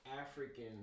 African